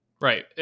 Right